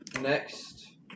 Next